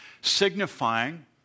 signifying